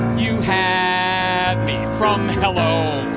you had me from, hello.